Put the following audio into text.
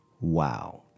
Wow